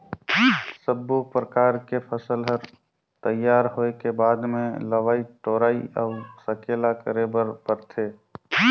सब्बो परकर के फसल हर तइयार होए के बाद मे लवई टोराई अउ सकेला करे बर परथे